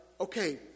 okay